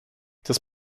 das